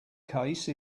case